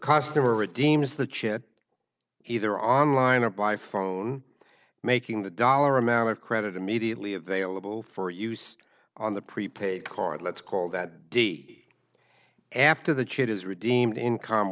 redeem is the chip either online or by phone making the dollar amount of credit immediately available for use on the prepaid card let's call that d after the chit is redeemed income